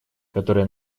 которые